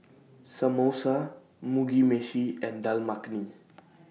Samosa Mugi Meshi and Dal Makhani